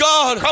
God